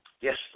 yes